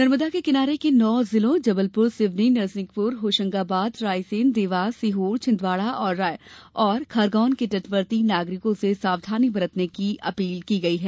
नर्मदा के किनारे के नौ जिलों जबलपुर सिवनी नरसिंहपुर होशंगाबाद रायसेन देवास सीहोर छिंदवाड़ा और खरगोन के तटवर्ती नागरिकों से सावधानी बरतने की अपील की गई है